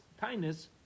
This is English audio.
kindness